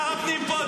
שר הפנים פה.